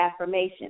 affirmation